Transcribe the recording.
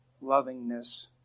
lovingness